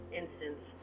instance